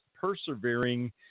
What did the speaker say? Persevering